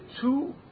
two